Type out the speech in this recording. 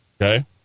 okay